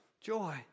joy